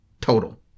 total